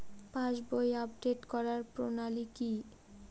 পাসবই update করার প্রণালী কি?